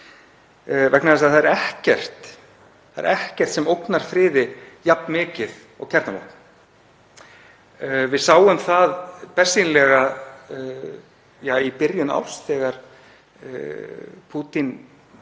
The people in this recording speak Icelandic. vegna þess að það er ekkert sem ógnar friði jafn mikið og kjarnavopn. Við sáum það bersýnilega í byrjun árs þegar Pútín